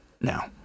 now